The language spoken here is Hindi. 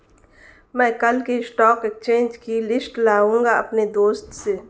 मै कल की स्टॉक एक्सचेंज की लिस्ट लाऊंगा अपने दोस्त से